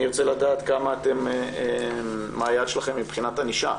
אני ארצה לדעת מה היעד שלכם מבחינת ענישה,